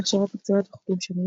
הכשרות מקצועיות וחוגים שונים.